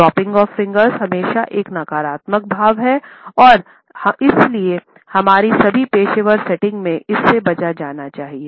dropping of fingers हमेशा एक नकारात्मक भाव है और इसलिए हमारी सभी पेशेवर सेटिंग्स में इससे बचा जाना चाहिए